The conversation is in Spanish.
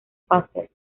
pacers